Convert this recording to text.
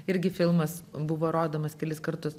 irgi filmas buvo rodomas kelis kartus